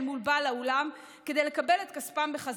מול בעל האולם כדי לקבל את כספם בחזרה.